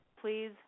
please